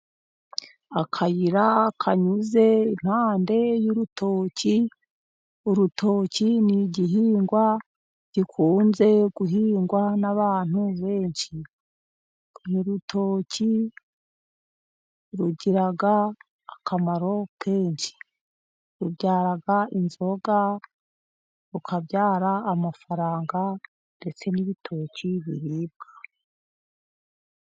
Akayira kanyuze iruhande rw'urutoki, urutoki n'igihingwa gikunze guhingwa n'abantu benshi, urutoki rugira akamaro kenshi, rubyara inzoga, rukabyara amafaranga, ndetse n'ibitoki biribwa.